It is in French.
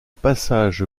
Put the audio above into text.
passage